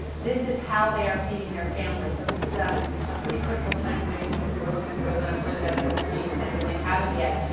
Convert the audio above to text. this is how they are feeding their families. so this is um a, pretty critical time for many people who are looking for those unemployment benefits to be extended. and they haven't yet.